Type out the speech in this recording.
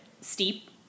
steep